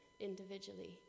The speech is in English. individually